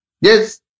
Yes